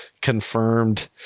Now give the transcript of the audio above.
confirmed